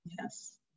Yes